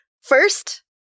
First